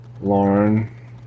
Lauren